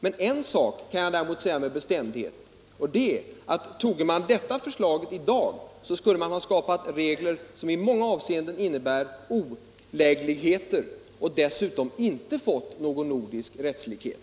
En sak kan jag däremot säga med bestämdhet, och det är att toge man detta förslag i dag, så skulle man ha skapat regler som i många avseenden innebär olägenheter — och dessutom inte ha fått någon nordisk rättslikhet.